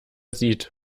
sieht